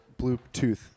Bluetooth